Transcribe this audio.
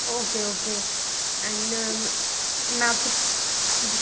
okay okay एन मैं आप सब जी